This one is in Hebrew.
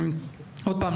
עוד פעם,